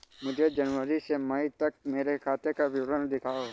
मुझे जनवरी से मई तक मेरे खाते का विवरण दिखाओ?